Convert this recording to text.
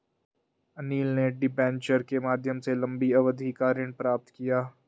अनिल ने डिबेंचर के माध्यम से लंबी अवधि का ऋण प्राप्त किया